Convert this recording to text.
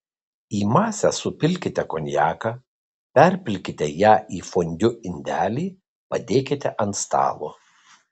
į masę supilkite konjaką perpilkite ją į fondiu indelį padėkite ant stalo